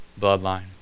bloodline